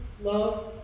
Love